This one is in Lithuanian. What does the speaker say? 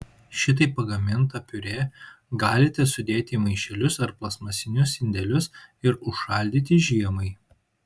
šitaip pagamintą piurė galite sudėti į maišelius ar plastmasinius indelius ir užšaldyti žiemai